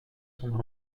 son